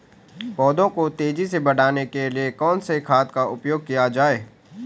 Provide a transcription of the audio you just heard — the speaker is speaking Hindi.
पौधों को तेजी से बढ़ाने के लिए कौन से खाद का उपयोग किया जाए?